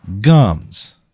gums